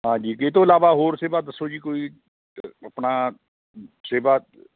ਹਾਂਜੀ ਇਹ ਤੋਂ ਇਲਾਵਾ ਹੋਰ ਸੇਵਾ ਦੱਸੋ ਜੀ ਕੋਈ ਆਪਣਾ ਸੇਵਾ